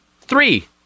three